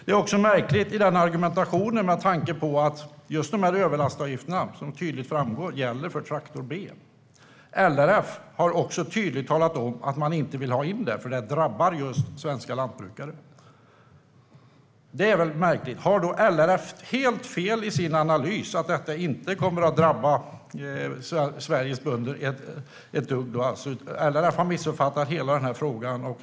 Det är också en märklig argumentation med tanke på att just de här överlastavgifterna, vilket tydligt framgår, gäller för traktor b. LRF har också tydligt talat om att man inte vill ha in detta, för det drabbar just svenska lantbrukare. Har LRF helt fel i sin analys? Har de missuppfattat hela frågan?